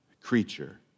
creature